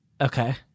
okay